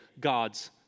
God's